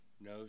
No